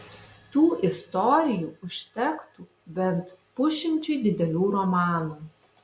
tų istorijų užtektų bent pusšimčiui didelių romanų